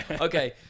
Okay